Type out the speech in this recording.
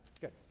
Good